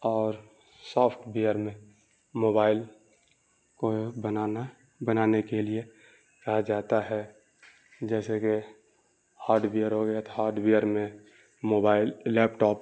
اور software میں mobile کو بنانا بنانے کے لیے کہا جاتا ہے جیسے کہ ہارڈ وئیر ہو گیا تو ہارڈ وئیر میں موبائل لیپ ٹاپ